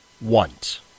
want